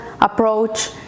approach